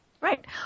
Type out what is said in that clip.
Right